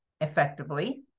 effectively